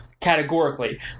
categorically